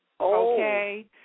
okay